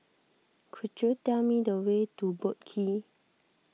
could you tell me the way to Boat Quay